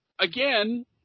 Again